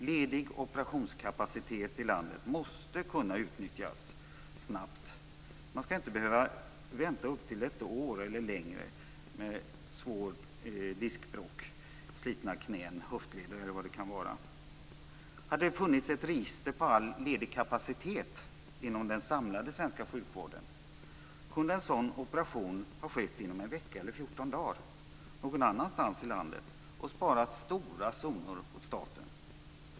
Ledig operationskapacitet i landet måste kunna utnyttjas snabbt. Man skall inte behöva vänta upp till ett år eller längre med svårt diskbråck, slitna knän och höftleder eller vad det kan vara. Hade det funnits ett register över all ledig kapacitet inom den samlade svenska sjukvården kunde en sådan operation skett inom en vecka eller 14 dagar någon annanstans i landet. Det hade sparat stora summor åt staten.